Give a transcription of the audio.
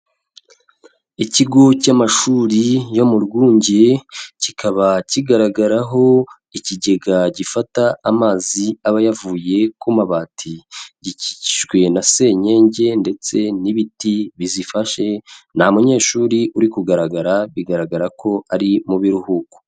Ikigo cy'amashuri yo mu rwunge kikaba kigaragaraho ikigega gifata amazi aba yavuye ku mabati, gikikijwe na senyege ndetse n'ibiti bizifashe nta munyeshuri uri kugaragara bigaragara ko ari mu biruhuko.